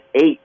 eight